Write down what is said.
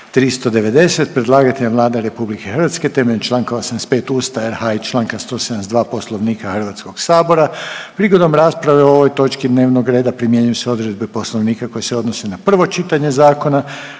390; Predlagatelj je Vlada RH temeljem čl. 85 Ustava RH i čl. 172 Poslovnika Hrvatskoga sabora. Prigodom rasprave o ovoj točki dnevnog reda primjenjuju se odredbe Poslovnika koje se odnose na prvo čitanje zakona.